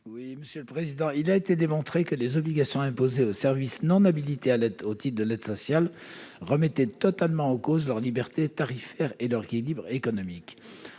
à M. Bernard Bonne. Il a été démontré que les obligations imposées aux services non habilités au titre de l'aide sociale remettaient totalement en cause leur liberté tarifaire et leur équilibre économique.